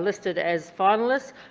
listed as finalists,